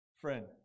friend